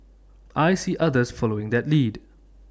I see others following that lead